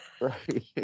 Right